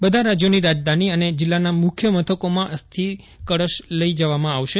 બધા રાજ્યોની રાજધાની અને જિલ્લાના મુખ્ય મથકોમાં અસ્થિર કળશ લઇ જવામાં આવશે